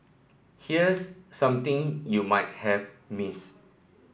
here's something you might have missed